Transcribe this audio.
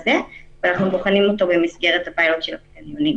ראינו בכל המקומות האלה מה קרה ולכן עדיף שהפיילוט הזה יצליח.